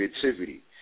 creativity